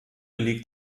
liegt